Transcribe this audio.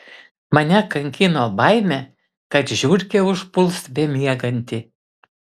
mane kankino baimė kad žiurkė užpuls bemiegantį